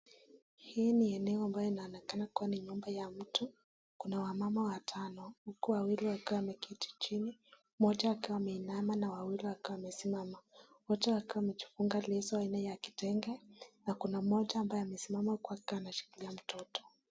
Hii ni eneo inaonekana kuwa ni nyumba ya mtu kuna wamama watano huku wawili wakiwa wameketi chini, mmoja akiwa ameinama na wawili wakiwa wamesimama wote wakiwa wamejifunga leso aina ya kitenge na kuna mmoja ambaye amesimama kwake anashikilia mtoto.